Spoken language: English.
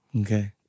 Okay